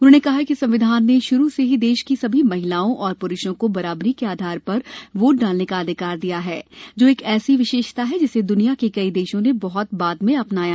उन्होंने कहा कि संविधान ने शुरू से ही देश की सभी महिलाओं और पुरूषों को बराबरी के आधार पर वोट डालने का अधिकार दिया दिया है जो एक ऐसी विशेषता है जिसे दुनिया के कई देशों ने बहुत बाद में अपनाया